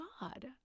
God